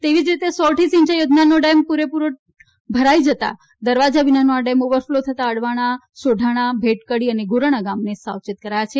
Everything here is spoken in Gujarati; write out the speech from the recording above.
તેવી જ રીતે સોરઠી સિંચાઇ યોજના ડેમ પૂરેપૂરો ટકા ભરાઇ જતા દરવાજા વિનાનો આ ડેમ ઓવરફ્લો થતા અડવાણા સોઢાણા ભેટકડી અને ગોરાણા ગામને સાવચેત કરાયા છે